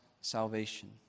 salvation